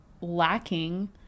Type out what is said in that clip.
lacking